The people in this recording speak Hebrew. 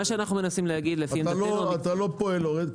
מה שאנחנו מנסים להגיד לפי עמדתנו --- אתה לא פועל להוריד.